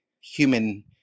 human